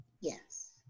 Yes